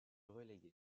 relégué